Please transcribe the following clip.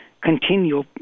continue